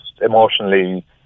emotionally